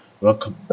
welcome